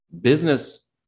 business